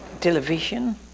television